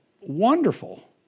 wonderful